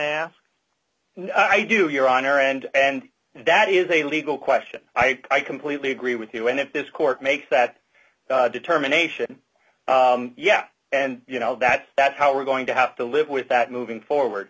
ask i do your honor and and that is a legal question i completely agree with you and if this court make that determination yeah and you know that that how we're going to have to live with that moving forward